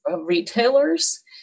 retailers